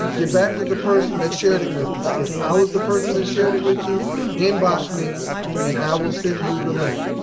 get back with the person that shared it with you. if i was the person that shared it with you inbox me and i will send you the link.